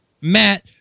Matt